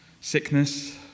sickness